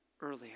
earlier